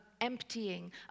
emptying